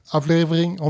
aflevering